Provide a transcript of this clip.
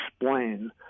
explain